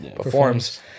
performs